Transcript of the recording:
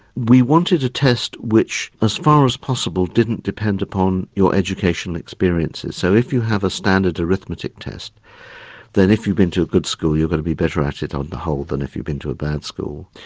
we wanted a test which as far as possible didn't depend upon your educational experiences. so if you have a standard arithmetic test then if you've been to a good school you're going to be better at it on the whole than if you've been to a bad school.